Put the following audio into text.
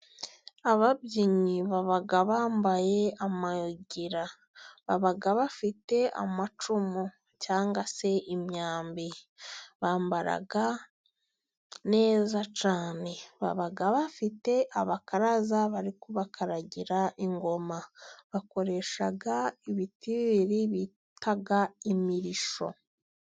Ababyinnyi baba bambaye amayogira. Baba bafite amacumu cyangwa se imyambi. Bambara neza cyane, baba bafite abakaraza bari kubakaragira ingoma, bakoresha ibitiri bibiri bita imirishyo.